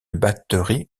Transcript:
batterie